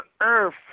Earth